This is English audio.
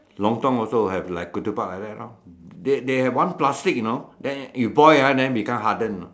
lontong also have like ketupat like that lor they they have one plastic you know then you boil ah then become harden you know